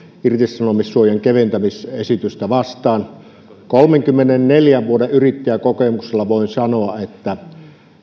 irtisanomissuojan keventämisesitystä vastaan kolmenkymmenenneljän vuoden yrittäjäkokemuksella voin sanoa että